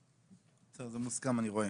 בסדר, זה מוסכם, אני רואה.